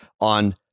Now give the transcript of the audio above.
on